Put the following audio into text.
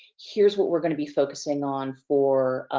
here's what we're gonna be focusing on for